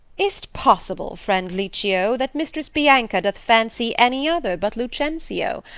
is t possible, friend licio, that mistress bianca doth fancy any other but lucentio?